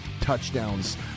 touchdowns